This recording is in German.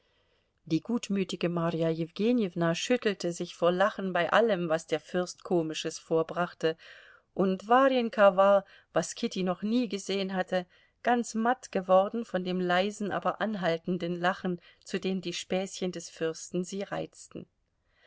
die gutmütige marja jewgenjewna schüttelte sich vor lachen bei allem was der fürst komisches vorbrachte und warjenka war was kitty noch nie gesehen hatte ganz matt geworden von dem leisen aber anhaltenden lachen zu dem die späßchen des fürsten sie reizten